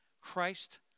Christ